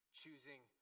choosing